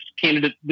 candidate